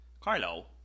Carlo